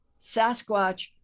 Sasquatch